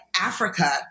Africa